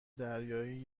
دریایی